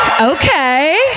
okay